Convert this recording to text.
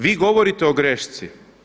Vi govorite o grešci.